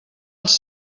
els